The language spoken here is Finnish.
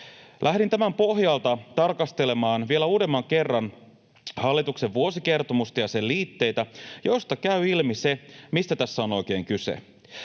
Lähdin tämän pohjalta tarkastelemaan vielä uudemman kerran hallituksen vuosikertomusta ja sen liitteitä, joista käy ilmi se, mistä tässä on oikein kyse.